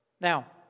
Now